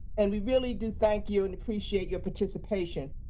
and we really do thank you and appreciate your participation.